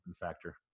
factor